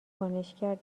کنشگر